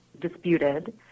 disputed